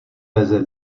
beze